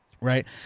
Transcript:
right